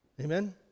Amen